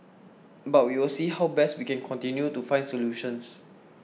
but we will see how best we can continue to find solutions